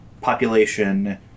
population